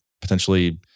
potentially